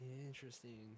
Interesting